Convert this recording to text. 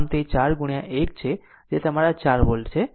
આમ તે 4 ગુણ્યા 1 છે જે તમારા 4 વોલ્ટ છે